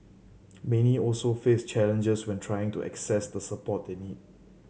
many also face challenges when trying to access the support they need